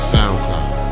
Soundcloud